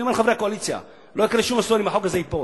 אני אומר לחברי הקואליציה: לא יקרה שום אסון אם החוק הזה ייפול.